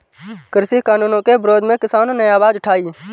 कृषि कानूनों के विरोध में किसानों ने आवाज उठाई